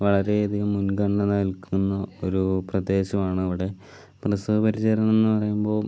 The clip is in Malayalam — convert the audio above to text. വളരെയധികം മുൻഗണന നൽകുന്ന ഒരു പ്രദേശമാണ് അവിടെ പ്രസവ പരിചരണം എന്ന് പറയുമ്പോൾ